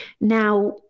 Now